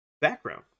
background